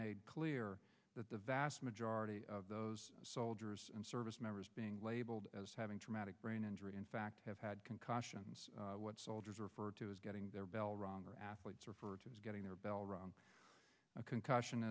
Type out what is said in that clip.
made clear that the vast majority of those soldiers and service members being labeled as having traumatic brain injury in fact have had concussions what soldiers refer to as getting their bell rung or athletes or for getting their bell rung a concussion